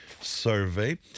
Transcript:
survey